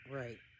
right